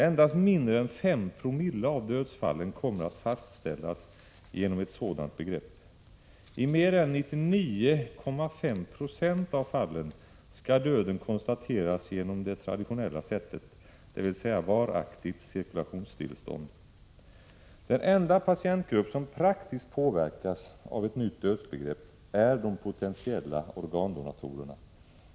Endast mindre än 5 Zco av dödsfallen kommer att fastställas genom ett sådant begrepp. I mer än 99,5 96 av fallen skall döden konstateras genom det traditionella sättet, dvs. varaktigt cirkulationsstillestånd. Den enda patientgrupp som praktiskt påverkas av ett nytt dödsbegrepp är de potentiella organdonatorerna.